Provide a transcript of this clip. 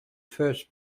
first